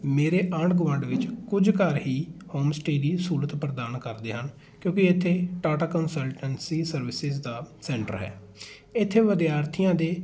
ਮੇਰੇ ਆਂਢ ਗੁਆਂਢ ਵਿੱਚ ਕੁਝ ਘਰ ਹੀ ਹੋਮ ਸਟੇਅ ਦੀ ਸਹੂਲਤ ਪ੍ਰਦਾਨ ਕਰਦੇ ਹਨ ਕਿਉਂਕਿ ਇੱਥੇ ਟਾਟਾ ਕੰਨਸਲਟੈਂਸੀ ਸਰਵਿਸਿਸ ਦਾ ਸੈਂਟਰ ਹੈ ਇੱਥੇ ਵਿਦਿਆਰਥੀਆਂ ਦੇ